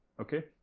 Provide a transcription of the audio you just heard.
Okay